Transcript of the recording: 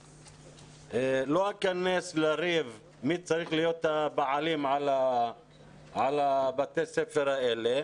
לא אכנס לריב מי צריך להיות הבעלים על בתי הספר האלה,